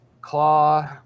Claw